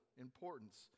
importance